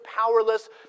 powerless